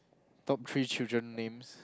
top three children names